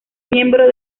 miembro